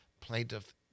plaintiff